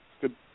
Good